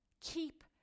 Keep